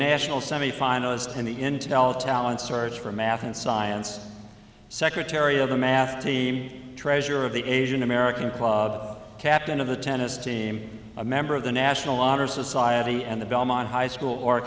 national semifinalist in the intel talent search for math and science secretary of the math team treasurer of the asian american club captain of the tennis team a member of the national honor society and the belmont high school or